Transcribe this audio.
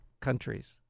countries